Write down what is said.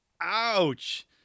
Ouch